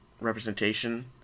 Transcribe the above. representation